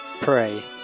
pray